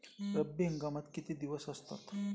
रब्बी हंगामात किती दिवस असतात?